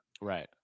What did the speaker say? Right